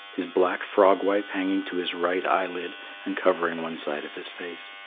his black frog-wife hanging to his right eyelid and covering one side of his face.